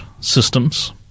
systems